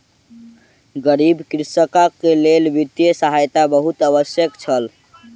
गरीब कृषकक लेल वित्तीय सहायता बहुत आवश्यक छल